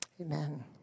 Amen